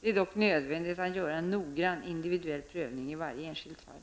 Det är dock nödvändigt att göra en noggrann individuell prövning av varje enskilt fall.